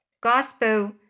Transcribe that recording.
gospel